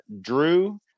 Drew